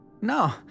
No